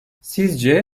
sizce